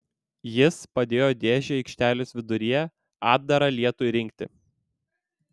jis padėjo dėžę aikštelės viduryje atdarą lietui rinkti